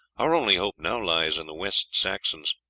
our only hope now lies in the west saxons.